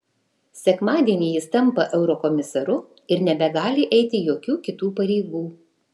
sekmadienį jis tampa eurokomisaru ir nebegali eiti jokių kitų pareigų